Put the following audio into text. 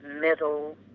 middle